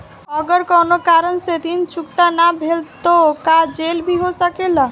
अगर कौनो कारण से ऋण चुकता न भेल तो का जेल भी हो सकेला?